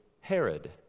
Herod